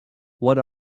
what